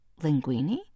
Linguini